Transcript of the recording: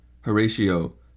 Horatio